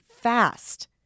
fast